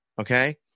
okay